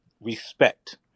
respect